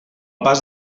pas